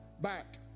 back